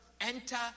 enter